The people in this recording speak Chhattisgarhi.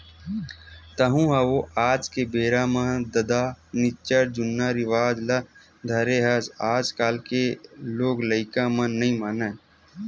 तँहू ह ओ आज के बेरा म ददा निच्चट जुन्नाहा रिवाज ल धरे हस आजकल के लोग लइका मन ह नइ मानय